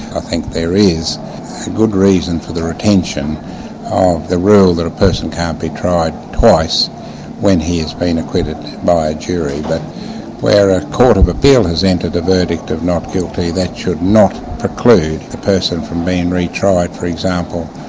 i think there is good reason for the retention of the rule that a person can't be tried twice when he's been acquitted by a jury, but where a court of appeal has entered a verdict of not guilty, that should not preclude a person from being re-tried, for example,